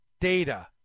data